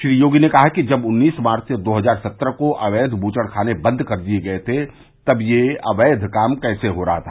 श्री योगी ने कहा कि जब उन्नीस मार्व दो हजार सत्रह को अवैध बूचड़ खाने बंद कर दिये गये थे तब यह अवैध काम कैसे हो रहा था